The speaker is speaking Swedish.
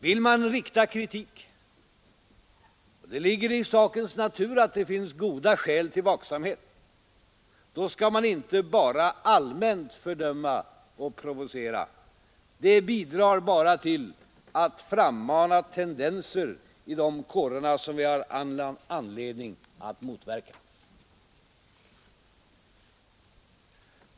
Vill man rikta kritik — det ligger i sakens natur att det finns goda skäl till vaksamhet — skall man inte bara allmänt fördöma och provocera. Det bidrar bara till att frammana tendenser i de kårerna som vi har all anledning att motverka.